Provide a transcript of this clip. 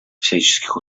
всяческих